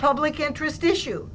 public interest issue